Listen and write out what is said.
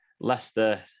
Leicester